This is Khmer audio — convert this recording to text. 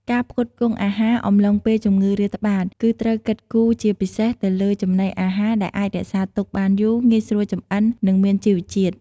ការផ្គត់ផ្គង់អាហារអំឡុងពេលជំងឺរាតត្បាត គឺត្រូវគិតគូរជាពិសេសទៅលើ ចំណីអាហារដែលអាចរក្សាទុកបានយូរ ងាយស្រួលចម្អិន និងមានជីវជាតិ។